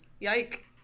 Yike